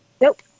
Nope